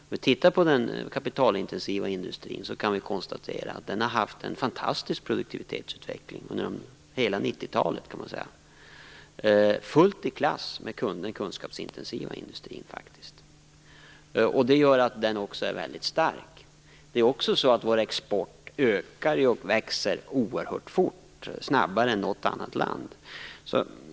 Om vi tittar på den kapitalintensiva industrin kan vi konstatera att den haft en fantastisk produktivitetsutveckling under hela 90-talet - fullt i klass med den kunskapsintensiva industrin - och det gör att den också är väldigt stark. Vår export växer också oerhört fort, ja, snabbare än något annat lands.